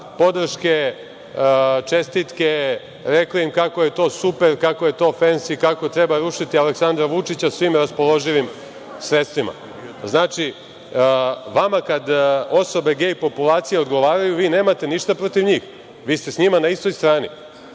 podrške, čestitke, rekli im kako je to super, kako je to fensi, kako treba rušiti Aleksandra Vučića svim raspoloživim sredstvima. Znači vama kada osobe gej populacije odgovaraju, vi nemate ništa protiv njih, vi ste sa njima na istoj strani.